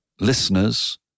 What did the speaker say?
listeners